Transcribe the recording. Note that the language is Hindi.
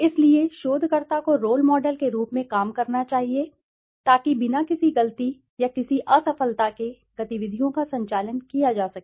इसलिए शोधकर्ता को रोल मॉडल के रूप में काम करना चाहिए ताकि बिना किसी गलती या किसी असफलता के गतिविधियों का संचालन किया जा सके